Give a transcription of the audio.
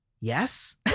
Yes